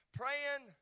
praying